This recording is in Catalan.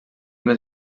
més